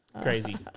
Crazy